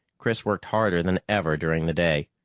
chris worked harder than ever during the day.